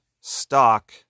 stock